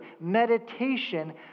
meditation